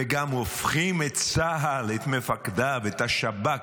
וגם הופכים את צה"ל, את מפקדיו, את השב"כ,